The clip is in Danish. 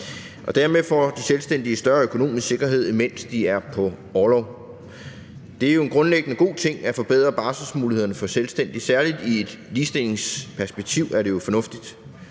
Dermed får de selvstændige større økonomisk sikkerhed, mens de er på orlov. Det er jo en grundlæggende god ting at forbedre barselsmulighederne for selvstændige; særlig i et ligestillingsperspektiv er det fornuftigt.